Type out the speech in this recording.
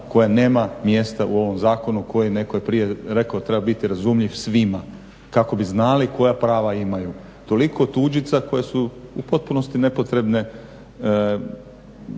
koje nema mjesta u ovom zakonu, koji netko je prije rekao treba biti razumljiv svima kako bi znali koja prava imaju. Toliko tuđica koje su u potpunosti nepotrebne.